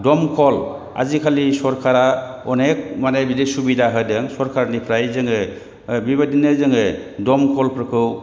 दमखल आजिखालि सरकारा अनेख माने बिदि सुबिदा होदों सरकारनिफ्राय जों बेबायदिनो जों दमखलफोरखौ